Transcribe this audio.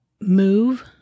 move